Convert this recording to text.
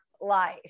life